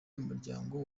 umuryango